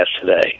today